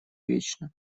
вечно